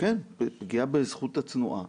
פגיעה בזכות התנועה,